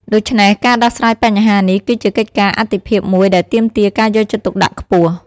ដូច្នេះ ការដោះស្រាយបញ្ហានេះ គឺជាកិច្ចការអាទិភាពមួយដែលទាមទារការយកចិត្តទុកដាក់ខ្ពស់។